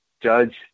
judge